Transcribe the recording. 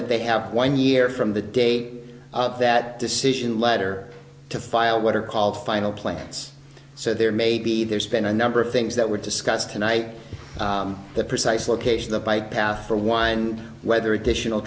that they have one year from the day that decision letter to file what are called final plans so there may be there's been a number of things that were discussed tonight the precise location the bike path for one and whether additional